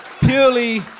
purely